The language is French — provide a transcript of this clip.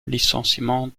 licenciement